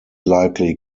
likely